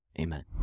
amen